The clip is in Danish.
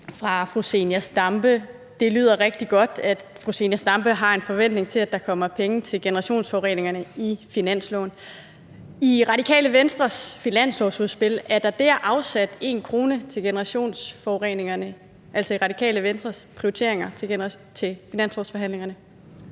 fra fru Zenia Stampe. Det lyder rigtig godt, at fru Zenia Stampe har en forventning til, at der kommer penge til generationsforureningerne i finansloven. Er der i Radikale Venstres finanslovsudspil afsat én krone til generationsforureningerne – altså i Radikale Venstres prioriteringer til finanslovsforhandlingerne?